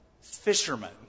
fishermen